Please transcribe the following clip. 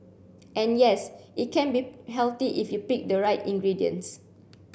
and yes it can be healthy if you pick the right ingredients